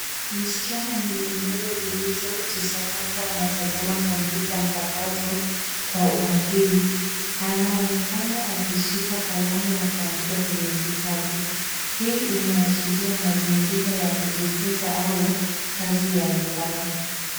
Msichana mwenye nywele zilizojisokota, anatazama kompyuta mpakato kwa umakini, anaonekana akishika kalamu na kuandika kwenye kitabu. Hii inaashiria mazingira ya kujifunza, au kazi ya nyumbani.